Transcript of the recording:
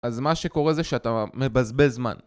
אז מה שקורה זה שאתה מבזבז זמן